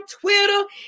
Twitter